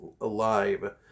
alive